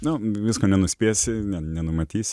na visko nenuspėsi nenumatysi